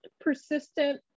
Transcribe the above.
persistent